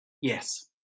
Yes